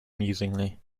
musingly